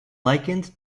likened